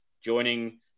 joining